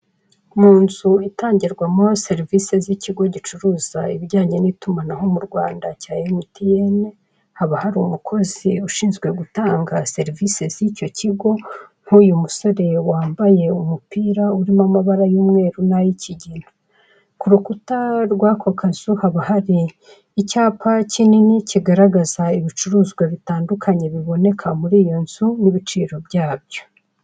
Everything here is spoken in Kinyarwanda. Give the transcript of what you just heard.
Mu nzu itangirwamo serivisi z'ikigo gicuruza ibijyanye n'itumanaho mu Rwanda cya emutiyeni, haba hari umukozi ushinzwe gutanga serivisi z'icyo kigo, nk'uyu musore wambaye umupira urimo amabara y'umweru n'ay'ikigina. Ku rukuta rw'ako kazu haba hari icyapa kinini kigaragaza ibicuruzwa bitandukanye biboneka muri iyo nzu n'ibiciro byabyo.